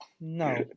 No